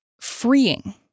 freeing